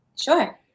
Sure